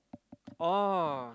oh